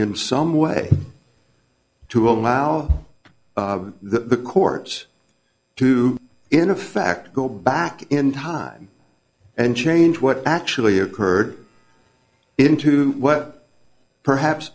in some way to allow the courts to in effect go back in time and change what actually occurred into what perhaps